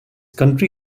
county